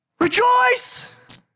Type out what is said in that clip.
rejoice